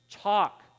Talk